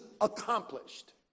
accomplished